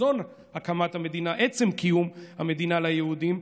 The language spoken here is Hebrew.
בחזון הקמת המדינה, בעצם קיום המדינה ליהודים,